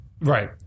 Right